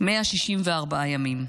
164 ימים.